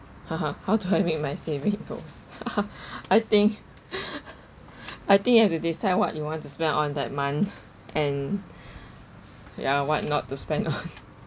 how do I meet my saving goals I think I think you have to decide what you want to spend on that month and ya what not to spend on